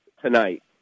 tonight